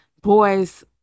boys